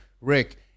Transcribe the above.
Rick